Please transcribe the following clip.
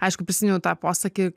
aišku prisimenu tą posakį